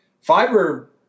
Fiber